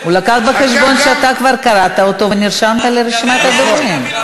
הוא לקח בחשבון שאתה כבר קראת אותו ונרשמת לרשימת הדוברים.